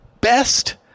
best